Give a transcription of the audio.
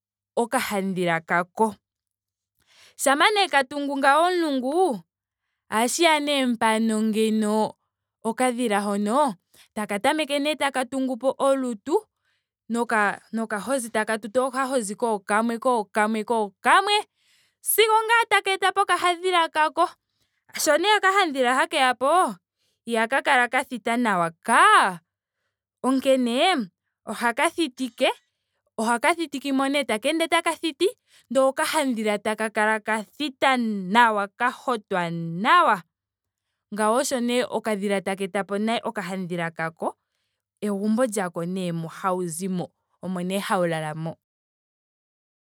Okahadhila kako. Shampa nee ka tungu ngawo omulungu ohashi ya nee mpano ngeyi okadhila hono taka tameke nee taka tungupo olutu noka nokahozi taka tutu okahozi kookamwe. kookamwe. kookamwe sigo ngaa taka etapo okahadhila kako. Sho nee okahadhila hakeyapo iha ka kala ka thita nawa kaa. onkene ohaka thitike. ohaka thitikemo nee taka ende taka thiti. ndee okahadhila taka kala ka thita nawa. ka hotwa nawa. ngawo osho nee okadhika taka etapo nee okahadhila kako. egumbo lyako nee mo hawu zi mo. omo nee hawu lala mo.